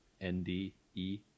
N-D-E